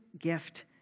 gift